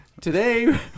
Today